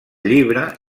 llibre